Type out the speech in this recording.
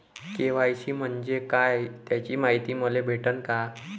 KYC म्हंजे काय त्याची मायती मले भेटन का?